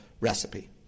recipe